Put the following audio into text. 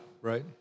Right